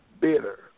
bitter